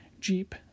Jeep